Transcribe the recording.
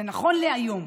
ונכון להיום